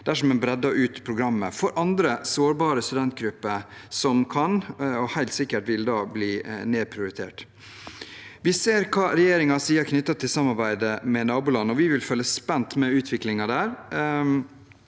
dersom en brer ut programmet for andre sårbare studentgrupper, som kan – og helt sikkert vil – bli nedprioritert. Vi ser hva regjeringen sier knyttet til samarbeidet med naboland, og vi vil følge spent med i utviklingen der